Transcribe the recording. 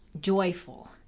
joyful